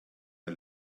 der